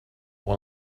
one